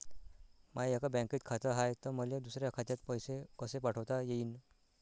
माय एका बँकेत खात हाय, त मले दुसऱ्या खात्यात पैसे कसे पाठवता येईन?